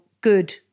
good